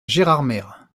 gérardmer